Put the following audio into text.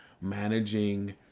managing